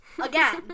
Again